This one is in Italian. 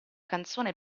canzone